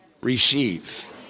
receive